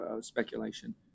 speculation